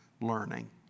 learning